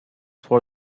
for